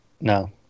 no